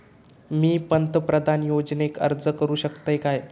मी पंतप्रधान योजनेक अर्ज करू शकतय काय?